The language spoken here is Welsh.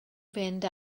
fynd